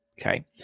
Okay